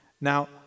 Now